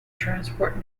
transport